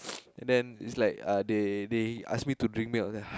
and then it's like ah they they ask me to drink milk